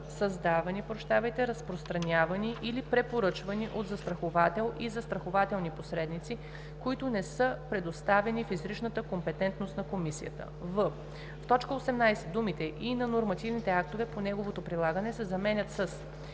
създавани, разпространявани или препоръчвани от застрахователи и застрахователни посредници, които не са предоставени в изричната компетентност на комисията;” в) в т. 18 думите „и на нормативните актове по неговото прилагане“ се заменят с